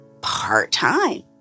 part-time